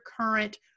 current